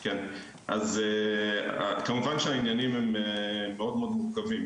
כמובן שהעניינים מאוד מורכבים,